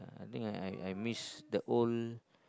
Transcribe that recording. I think I I I miss the old